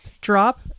drop